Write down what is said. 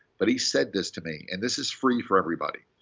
but he said this to me, and this is free for everybody.